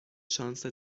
شانس